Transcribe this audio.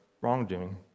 wrongdoing